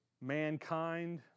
mankind